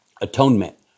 Atonement